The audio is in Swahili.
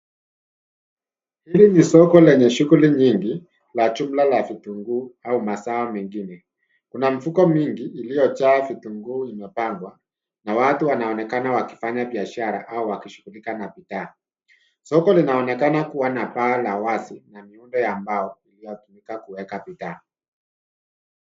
Hili ni soko lenye shughuli nyingi la jumla la vitunguu au mazao mengine. Kuna mifuko mingi iliyojaa vitunguu imepangwa na watu wanaonekana wakifanya biashara au wakishughulika na bidhaa. Soko linaonekana kuwa na paa la wazi na miundo ya mbao iliyotumika kuweka bidhaa.